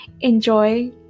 Enjoy